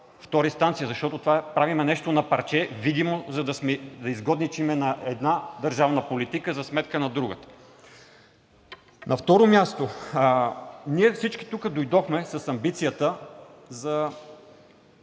втора инстанция, защото правим нещо на парче, видимо за да изгодничим на една държавна политика за сметка на друга. На второ място, ние всички дойдохме с амбицията за